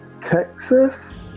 Texas